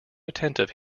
attentive